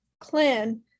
clan